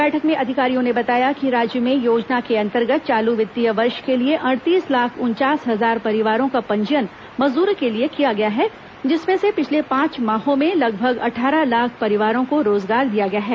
बैठक में अधिकारियों ने बताया कि राज्य में योजना के अंतर्गत चालू वित्तीय वर्ष के लिए अड़तीस लाख उनचास हजार परिवारों का पंजीयन मजदूरी के लिये किया गया है जिसमें से पिछले पांच माहों में लगभग अट्ठारह लाख परिवारों को रोजगार दिया गया है